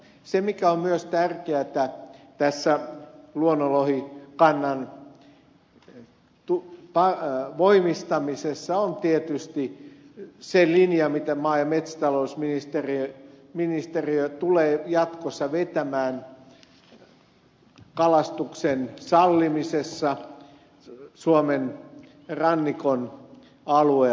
se mikä on myös tärkeätä tässä luonnonlohikannan voimistamisessa on tietysti se linja mitä maa ja metsätalousministeriö tulee jatkossa vetämään kalastuksen sallimisessa suomen rannikon alueella